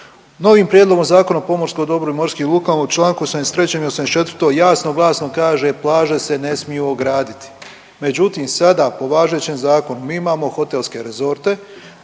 Novim prijedlogom Zakona o pomorskom dobru i morskim lukama u čl. 83. i 84. jasno i glasno kaže, plaže se ne smiju ograditi. Međutim, sada po važećem zakonu mi imamo hotelske rezorte,